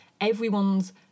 everyone's